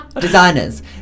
Designers